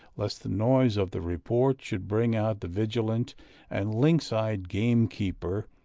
lest the noise of the report should bring out the vigilant and lynx-eyed game-keeper,